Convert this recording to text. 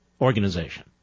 organization